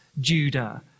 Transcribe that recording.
Judah